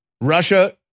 Russia